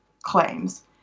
claims